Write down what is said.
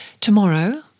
Tomorrow